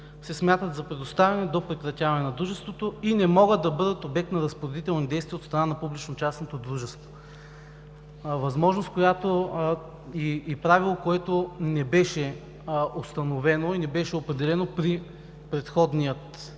се смятат за предоставени до прекратяване на дружеството и не могат да бъдат обект на разпоредителни действия от страна на публично-частното дружество. Това е възможност и правило, което не беше установено и определено при предходния